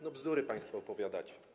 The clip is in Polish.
No, bzdury państwo opowiadacie.